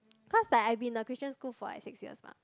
cause like I've been in a Christian school for like six years mah